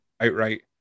outright